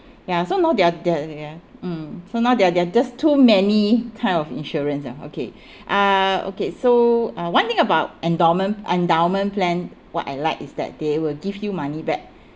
ya so now there're there're ya mm so now there're there're just too many kind of insurance ah okay uh okay so uh one thing about endowment endowment plan what I like is that they will give you money back